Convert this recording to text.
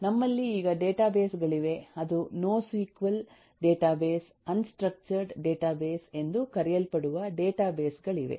ನಮ್ಮಲ್ಲಿ ಈಗ ಡೇಟಾಬೇಸ್ ಗಳಿವೆ ಅದು no S Q L database unstructured data database ಎಂದು ಕರೆಯಲ್ಪಡುವ ಡೇಟಾಬೇಸ್ ಗಳಿವೆ